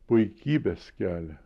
puikybės kelią